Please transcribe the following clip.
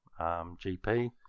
GP